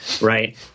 right